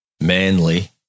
manly